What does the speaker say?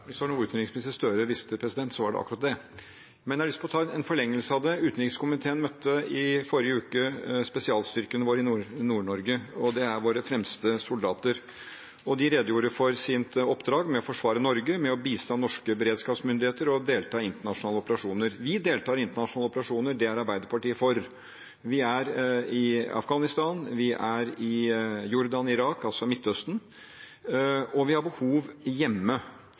noe utenriksminister Gahr Støre visste, var det akkurat det. En forlengelse av det: Utenriks- og forsvarskomiteen møtte i forrige uke spesialstyrkene våre i Nord-Norge. Det er våre fremste soldater. De redegjorde for sitt oppdrag med å forsvare Norge, bistå norske beredskapsmyndigheter og delta i internasjonale operasjoner. Vi deltar i internasjonale operasjoner, og det er Arbeiderpartiet for. Vi er i Afghanistan, Jordan, Irak – altså i Midtøsten – og vi har behov hjemme.